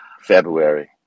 February